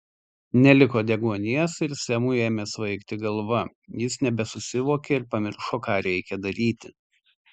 neliko deguonies ir semui ėmė svaigti galva jis nebesusivokė ir pamiršo ką reikia daryti